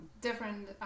Different